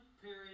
period